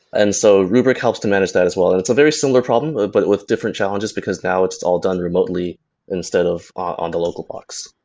and so rubrik helps to manage that as well, and it's a very similar problem but with different challenges, because now it's all done remotely instead of on the local box.